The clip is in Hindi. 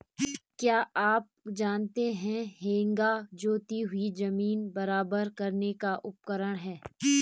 क्या आप जानते है हेंगा जोती हुई ज़मीन बराबर करने का उपकरण है?